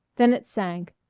then it sank,